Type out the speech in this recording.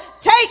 take